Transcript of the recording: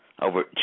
over